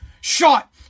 shot